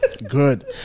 good